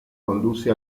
conduce